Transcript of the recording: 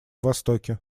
востоке